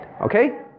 okay